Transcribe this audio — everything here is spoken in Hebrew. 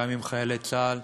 גם עם חיילי צה"ל,